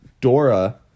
Dora